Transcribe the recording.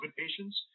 patients